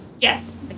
Yes